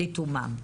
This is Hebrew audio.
לתומן.